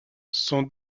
son